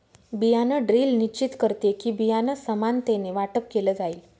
बियाण ड्रिल निश्चित करते कि, बियाणं समानतेने वाटप केलं जाईल